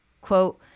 quote